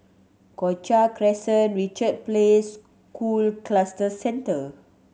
Cochrane Crescent Richard Place School Cluster Centre